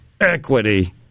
equity